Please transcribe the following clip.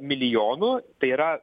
milijonų tai yra